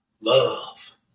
Love